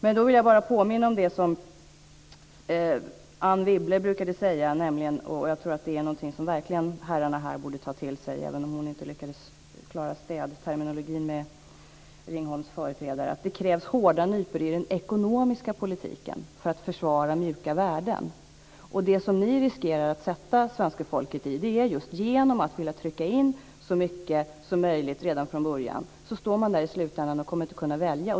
Jag vill bara påminna om det som Anne Wibble brukade säga, nämligen - jag tror att det är någonting som herrarna här verkligen borde ta till sig, även om hon inte lyckades klara städterminologin med Ringholms företrädare - att det krävs hårda nypor i den ekonomiska politiken för att försvara mjuka värden. Genom att man vill trycka in så mycket som möjligt redan från början kommer man inte att kunna välja i slutändan.